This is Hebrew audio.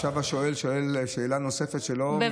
עכשיו השואל שואל שאלה נוספת שלא ממין השאילתה.